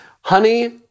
Honey